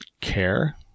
care